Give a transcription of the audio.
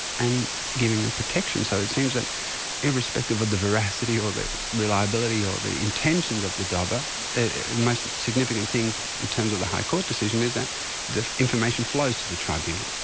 and giving them protection. so it seems that irrespective of the veracity or the reliability or the intentions of the dobber, the most significant thing in terms of the high court decision is that the information flows to the tribunal.